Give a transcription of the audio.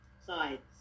sides